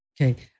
Okay